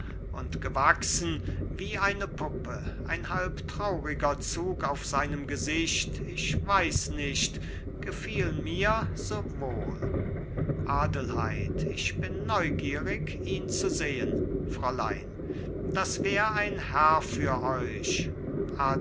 und gewachsen wie eine puppe ein halb trauriger zug auf seinem gesicht ich weiß nicht gefiel mir so wohl adelheid ich bin neugierig ihn zu sehen fräulein das wär ein herr für euch